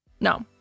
no